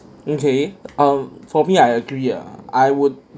okay um for me I agree ah I would